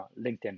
LinkedIn